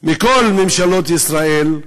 מכל ממשלות ישראל.